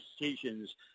decisions